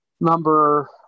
number